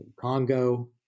Congo